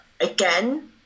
again